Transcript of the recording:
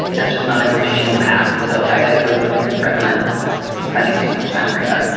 that's just not information you have. so i wouldn't recommend spending too much time worrying about it.